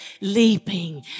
leaping